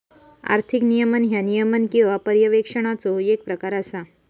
आर्थिक नियमन ह्या नियमन किंवा पर्यवेक्षणाचो येक प्रकार असा